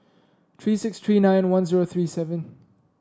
three six three nine one zero three seven